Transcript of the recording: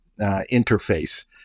interface